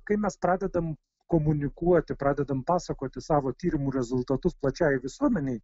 kai mes pradedam komunikuoti pradedam pasakoti savo tyrimų rezultatus plačiai visuomenei